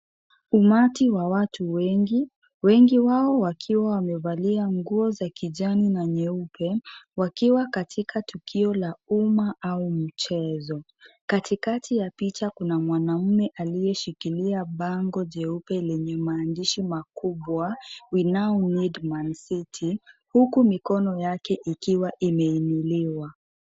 Umati wa watu wengi. Wengi wao wakiwa wamevalia nguo za kijani na nyeupe wakiwa katika tukio la umma au mchezo. Kati kati ya picha kuna mwanaume aliyeshikilia bango jeupe lenye maandishi makubwa " We now need Man City " huku mikono yake ikiwa imeinuliwa.